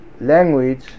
language